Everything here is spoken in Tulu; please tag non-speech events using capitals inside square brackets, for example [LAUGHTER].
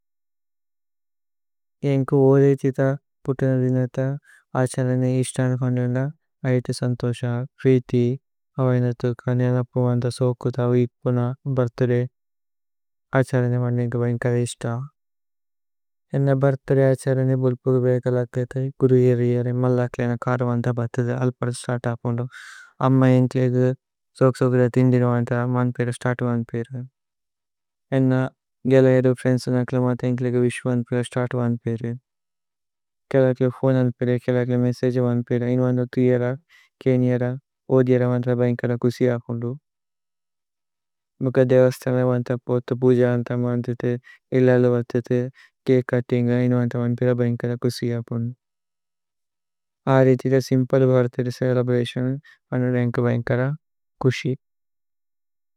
യേന്ഗ്കു ഊരേ ജിഥ പുതനധിനത അഛലനേ। ഇശ്തദ ഹോന്ദുന്ദ അയിതു സന്തോശ പ്രീഥി। അവൈനതുല്ക നേഅനപുമന്ദ, സോകുഥ, വിപുന। ബര്ഥദേ അഛലനേ ഹോന്ദുന്ദ യേന്ഗ്കു വൈന്കലി। ഇശ്ത യേന്ന ബര്ഥദേ അഛലനേ ബുലുപു ഗുബേര്ഗ ലക്കേത [HESITATION] ഗുരു ഇയേര് ഇയേര് മല്ലക്ലേന। കാദുമന്ദ ബര്ഥദേ അല്പദ സ്തര്ത ഹോന്ദു അമ്മ। യേന്ഗ്കേ ജിഥ സോകു സോകു ദ ഥിന്ദിരുമന്ദ മാന്പേര। സ്തര്ത മാന്പേര യേന്ന ഗേല ഏദു ഫ്രിഏന്ദ്സേന അകല। മാന്ഥ യേന്ഗ്കേലേകേ വിശു മാന്പേര സ്തര്ത മാന്പേര। കേലക്ലേ ഫോനേ മാന്പേര കേലക്ലേ മേസ്സഗേ മാന്പേര। ഇനോ വന്ദു തു ഇയേര കേന് ഇയേര ഓധ് ഇയേര വാന്ഥ। വൈന്കല കുശി ഹപുന്ദു മുകദ് ദേവസ്തന വാന്ഥ। പോര്ഥ പൂജ വാന്ഥ മാന്ഥതേ ഇല്ലലു വാന്ഥതേ। ചകേ ചുത്തിന്ഗ ഇനോ വന്ഥ വാന്കല കുശി ഹപുന്ദു। ആരി ഥിഥ സിമ്പദ ബര്ഥദേ ചേലേബ്രതിഓന। [HESITATION] വാന്ഥ യേന്ഗ്കേ വൈന്കല കുശി।